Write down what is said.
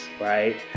right